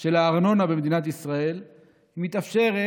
של הארנונה במדינת ישראל מתאפשרת